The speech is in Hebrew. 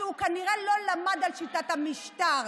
שכנראה לא למד על שיטת המשטר: